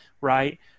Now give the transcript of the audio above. right